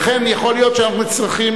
ולכן יכול להיות שאנחנו צריכים,